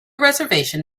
reservation